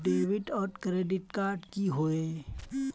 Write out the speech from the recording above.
Debit आर credit card की होय?